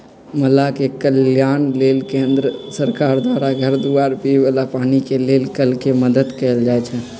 मलाह के कल्याण लेल केंद्र सरकार द्वारा घर दुआर, पिए बला पानी के लेल कल के मदद कएल जाइ छइ